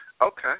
Okay